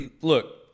look